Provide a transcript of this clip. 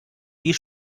die